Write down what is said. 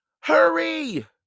Hurry